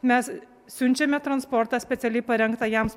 mes siunčiame transportą specialiai parengtą jam